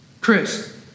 Chris